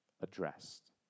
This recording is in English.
addressed